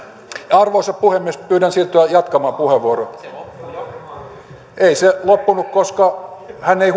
arvoisa puhemies pyydän siirtyä jatkamaan puheenvuoroa eero heinäluoma ei se loppunut koska hän ei